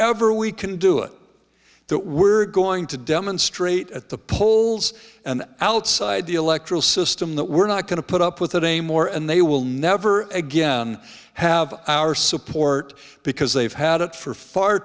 ever we can do it that we're going to demonstrate at the polls and outside the electoral system that we're not going to put up with a day more and they will never again have our support because they've had it for far